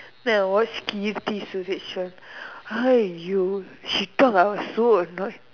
then I watched Keerthi Suresh one !aiyo! she talk ah I was so annoyed